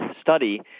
study